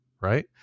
right